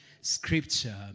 scripture